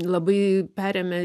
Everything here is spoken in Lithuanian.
labai perėmė